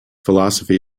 philosophy